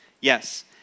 Yes